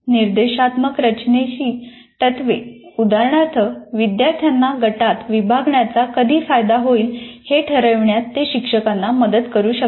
निर्देशात्मक रचनेची तत्त्वे उदाहरणार्थ विद्यार्थ्यांना गटात विभागण्याचा कधी फायदा होईल हे ठरविण्यात ते शिक्षकांना मदत करू शकतात